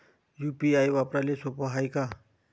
UPI वापराले सोप हाय का?